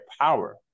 power